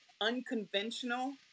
unconventional